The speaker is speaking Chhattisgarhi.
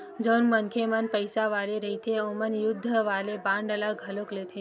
जउन मनखे मन पइसा वाले रहिथे ओमन युद्ध वाले बांड ल घलो लेथे